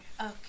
Okay